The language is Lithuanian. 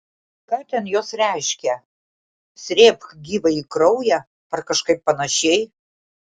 ką ten jos reiškia srėbk gyvąjį kraują ar kažkaip panašiai